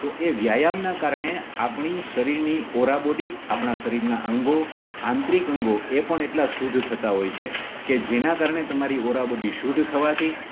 તો એ વ્યાયામના કારણે આપણી શરીરની ઓરા બોડી આપણાં શરીરના અંગો આંતરિક અંગો એ પણ એટલા શુદ્ધ થતાં હોય છે કે જેના કારણે તમારી ઓરા બોડી શુદ્ધ થવાથી